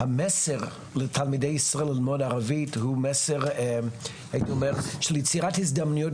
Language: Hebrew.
שהמסר לתלמידי ישראל ללמוד ערבית הוא מסר של יצירת הזדמנויות